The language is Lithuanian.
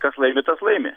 kas laimi tas laimi